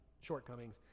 shortcomings